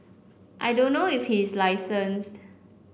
I don't know if he is licensed